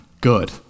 good